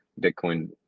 Bitcoin